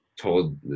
told